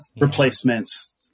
replacements